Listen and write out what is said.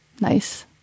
Nice